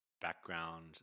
background